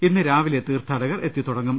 ഇന്ന് രാവിലെ തീർത്ഥാടകർ എത്തിത്തുടങ്ങും